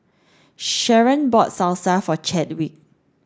Sharen bought Salsa for Chadwick